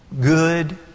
Good